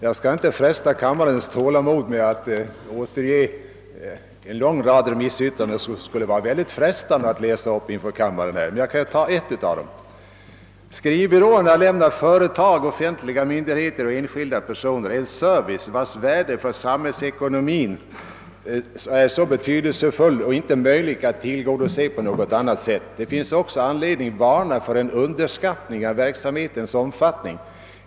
Jag skall inte pröva kammarens tålamod med att återge en lång rad remissyrkanden som det skulle vara mycket frestande att läsa upp, men jag skall ta ett av dem som exempel: »Skrivbyråerna lämnar företag, offentliga myndigheter och enskilda personer en service ——— som är betydelsefull och inte möjlig att tillgodose på annat sätt. Det finns också anledning varna för en underskattning av verksamhetens omfattning.